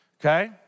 Okay